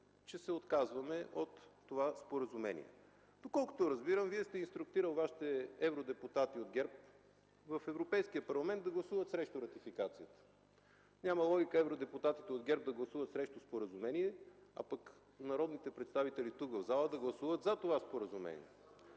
че се отказваме от това споразумение? Доколкото разбирам, Вие сте инструктирал Вашите евродепутати от ГЕРБ да гласуват в Европейския парламент срещу ратификацията. Няма логика евродепутатите от ГЕРБ да гласуват срещу споразумението, а народните представители тук в залата да гласуват за това споразумение.